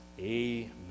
Amen